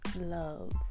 love